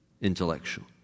intellectual